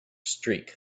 streak